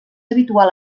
habitual